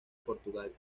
portugal